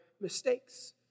mistakes